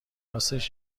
راستش